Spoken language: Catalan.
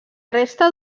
resta